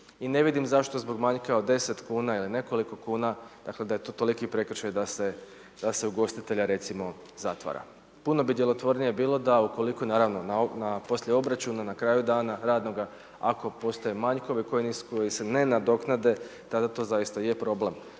i ne vidim zašto zbog manjka od 10 kuna ili nekoliko kuna, dakle da je to toliki prekršaj da se ugostitelja recimo zatvara. Puno bi djelotvornije bilo da ukoliko naravno, poslije obračuna na kraju dana radnoga, ako postoje manjkovi koji se ne nadoknade, tada to zaista je problem.